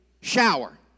shower